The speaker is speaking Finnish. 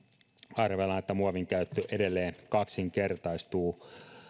arvellaan että muovin käyttö edelleen kaksinkertaistuu